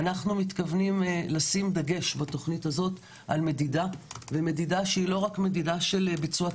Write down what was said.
אנחנו מתכוונים לשים דגש בתוכנית הזאת על מדידה שהיא לא רק תקציבית,